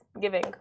Giving